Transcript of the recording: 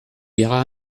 iras